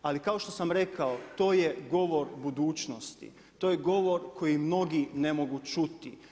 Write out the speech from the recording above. Ali kao što sam rekao, to je govor budućnosti, to je govor koji mnogi ne mogu ćuti.